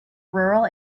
rural